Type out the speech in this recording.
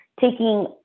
taking